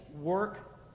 work